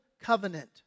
covenant